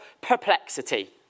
perplexity